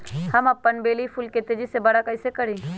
हम अपन बेली फुल के तेज़ी से बरा कईसे करी?